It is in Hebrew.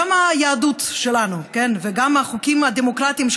גם היהדות שלנו וגם החוקים הדמוקרטיים של